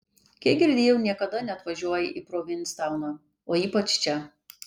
kiek girdėjau niekada neatvažiuoji į provinstauną o ypač čia